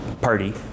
party